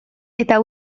eta